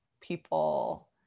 people